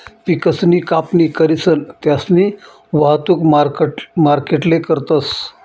पिकसनी कापणी करीसन त्यास्नी वाहतुक मार्केटले करतस